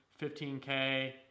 15K